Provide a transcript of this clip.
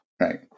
Right